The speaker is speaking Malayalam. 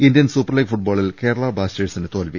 ഇന്ത്യൻ സൂപ്പർലീഗ് ഫുട്ബോളിൽ കേരള ബ്ലാസ്റ്റേഴ്സിന് തോൽവി